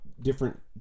different